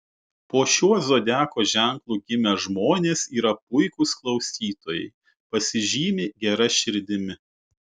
po šiuo zodiako ženklu gimę žmonės yra puikūs klausytojai pasižymi gera širdimi